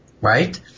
right